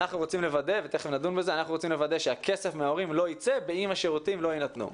אנחנו רוצים לוודא שהכסף מההורים לא ייצא באם השירותים לא יינתנו,